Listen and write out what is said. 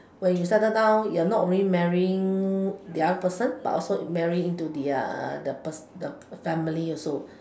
when you settle down you're not only marrying the other person but also marrying into the the person the family also